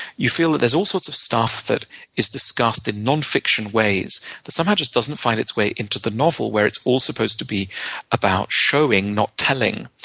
you feel that there's all sorts of stuff that is discussed in nonfiction ways that somehow just doesn't find its way into the novel, where it's all supposed to be about showing, not telling.